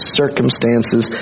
circumstances